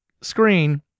screen